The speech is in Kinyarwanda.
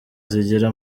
zigira